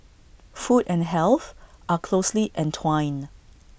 food and health are closely entwined